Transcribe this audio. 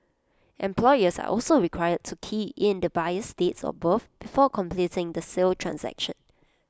employees are also required to key in the buyer's date of birth before completing the sale transaction